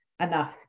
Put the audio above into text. Enough